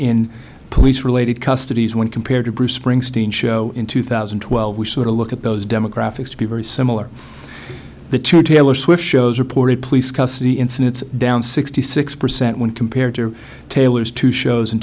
in police related custody when compared to bruce springsteen show in two thousand and twelve we sort of look at those demographics to be very similar the two taylor swift shows rip police custody incidents down sixty six percent when compared to taylor's two shows in